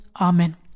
Amen